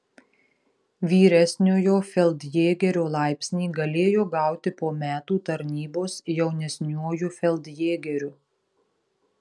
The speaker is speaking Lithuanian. vyresniojo feldjėgerio laipsnį galėjo gauti po metų tarnybos jaunesniuoju feldjėgeriu